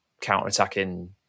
counter-attacking